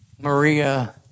Maria